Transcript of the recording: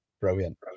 brilliant